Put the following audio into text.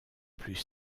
plus